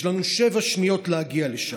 יש לנו שבע שניות להגיע לשם.